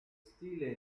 stile